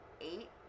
eight